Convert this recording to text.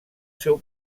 seu